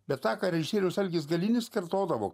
bet tą ką režisierius algis galinis kartodavo